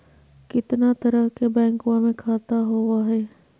कितना तरह के बैंकवा में खाता होव हई?